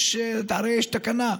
יש הרי תקנה,